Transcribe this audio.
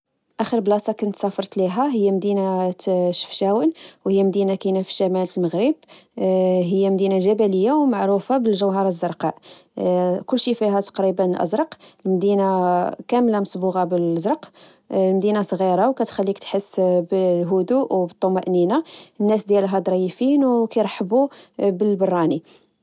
أخر بلاصة سافرت ليها هي مدينة شفشاون، وهي مدينة كاينة في الشمال تلمغرب، هي مدينة جبلية ومعروفة بالجوهرة الزرقاء، كلشي فيها تقريبا أزرق، مدينة كاملة مصبوغة بلزرق. المدينة صغيرة وكتخليك تحس بالهدوءو الطمأنينة ، ناس ديالها ضريفين، وكرحبو بالبراني